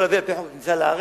על-פי חוק הכניסה לארץ,